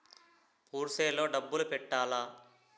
Purse లో డబ్బులు పెట్టలా?